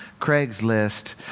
Craigslist